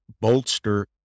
bolster